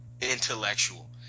intellectual